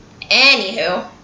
Anywho